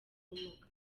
ubumuga